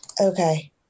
Okay